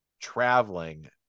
traveling